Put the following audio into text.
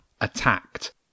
attacked